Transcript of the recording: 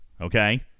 Okay